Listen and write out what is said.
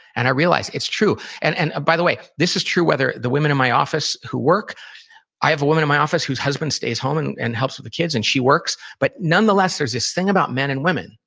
and i realized it's true. and and by the way, this is true whether the women in my office who work i have a woman in my office whose husband stays home and and helps with the kids, and she works. but nonetheless, there's this thing about men and women.